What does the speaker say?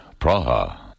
Praha